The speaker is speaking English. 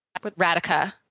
radica